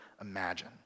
imagine